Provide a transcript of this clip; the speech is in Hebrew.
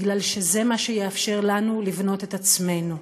כי זה מה שיאפשר לנו לבנות את עצמנו.